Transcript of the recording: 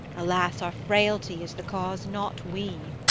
alas, our frailty is the cause, not we!